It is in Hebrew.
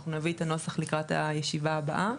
אנחנו נביא את הנוסח לקראת הישיבה הבאה.